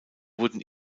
wurden